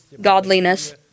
godliness